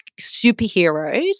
superheroes